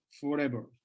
forever